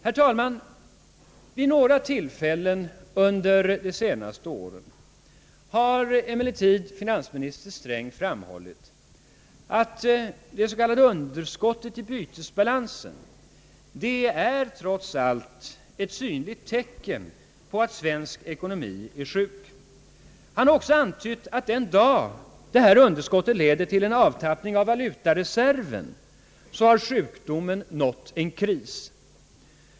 Herr talman! Vid några tillfällen under de senaste åren har finansminister Sträng framhållit, att underskottet i bytesbalansen är det mest synliga tecknet på att svensk ekonomi är sjuk. Han har också antytt att den dag detta underskott leder till en avtappning av valutareserven har sjukdomen nått en kris.